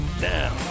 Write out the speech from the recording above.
Now